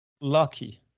Lucky